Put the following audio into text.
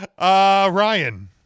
Ryan